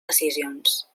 decisions